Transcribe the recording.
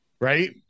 right